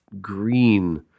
green